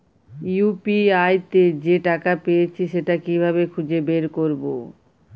UPI তে যে টাকা পেয়েছি সেটা কিভাবে খুঁজে বের করবো?